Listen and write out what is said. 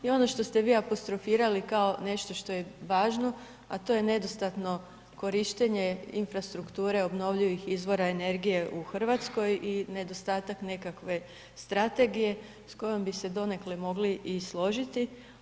I ono što ste vi apostrofirali kao nešto što je važno a to je nedostatno korištenje infrastrukture obnovljivih izvora energije u Hrvatskoj i nedostatak nekakve strategije s kojom bi se donekle mogli i složiti.